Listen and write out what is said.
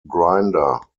grinder